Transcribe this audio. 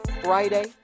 Friday